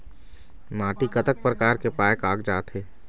माटी कतक प्रकार के पाये कागजात हे?